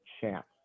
chance